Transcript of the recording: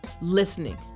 listening